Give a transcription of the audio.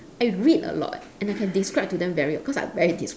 I read a lot and I can describe to them very because I'm very descriptive